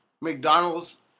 McDonald's